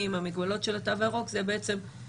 עם המגבלות של הקו הירוק זה באיזשהו